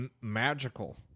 magical